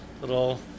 little